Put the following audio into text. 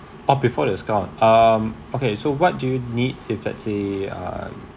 or before discount um okay so what do you need if let's say uh